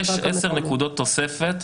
יש עשר נקודות תוספת,